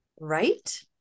Right